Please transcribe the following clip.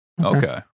Okay